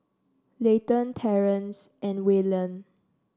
Layton Terrence and Wayland